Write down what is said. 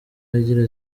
agira